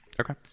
Okay